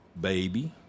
Baby